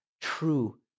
true